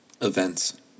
Events